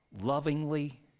lovingly